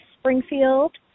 Springfield